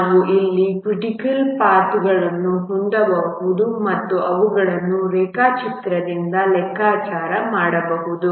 ನಾವು ಅಲ್ಲಿ ಕ್ರಿಟಿಕಲ್ ಪಾಥ್ಗಳನ್ನು ಹೊಂದಬಹುದು ಮತ್ತು ನಾವು ಅವುಗಳನ್ನು ರೇಖಾಚಿತ್ರದಿಂದ ಲೆಕ್ಕಾಚಾರ ಮಾಡಬಹುದು